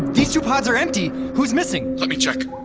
these two pods are empty! who's missing? let me check.